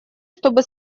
чтобы